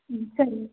ಹ್ಞೂ ಸರಿ